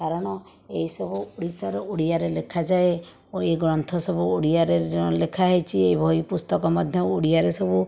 କାରଣ ଏହିସବୁ ଓଡ଼ିଶାର ଓଡ଼ିଆରେ ଲେଖା ଯାଏ ଓ ଏ ଗ୍ରନ୍ଥ ସବୁ ଓଡ଼ିଆରେ ଲେଖା ହୋଇଛି ଏହି ବହି ପୁସ୍ତକ ମଧ୍ୟ ଓଡ଼ିଆରେ ସବୁ